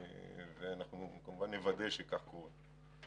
וכמובן, נוודא שכך קורה.